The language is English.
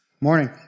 Morning